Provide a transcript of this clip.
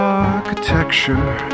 architecture